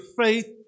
faith